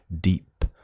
deep